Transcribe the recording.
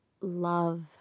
love